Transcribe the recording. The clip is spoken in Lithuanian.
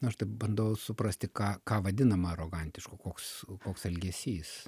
aš taip bandau suprasti ką ką vadinama arogantišku koks koks elgesys